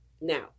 Now